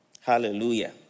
Hallelujah